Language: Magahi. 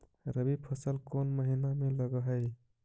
रबी फसल कोन महिना में लग है?